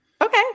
Okay